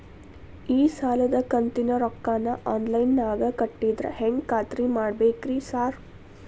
ಈ ಸಾಲದ ಕಂತಿನ ರೊಕ್ಕನಾ ಆನ್ಲೈನ್ ನಾಗ ಕಟ್ಟಿದ್ರ ಹೆಂಗ್ ಖಾತ್ರಿ ಮಾಡ್ಬೇಕ್ರಿ ಸಾರ್?